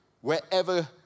wherever